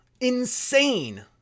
Insane